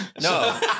No